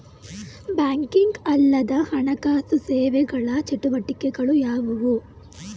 Banking ಅಲ್ಲದ ಹಣಕಾಸು ಸೇವೆಗಳ ಚಟುವಟಿಕೆಗಳು ಯಾವುವು?